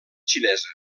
xinesa